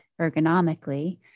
ergonomically